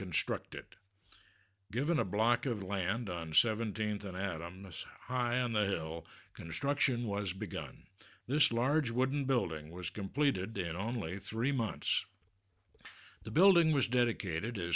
construct it given a block of land on seventeenth and adam most high on the hill construction was begun this large wooden building was completed in only three months the building was dedicated to